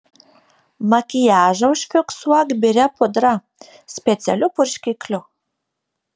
makiažą užfiksuok biria pudra specialiu purškikliu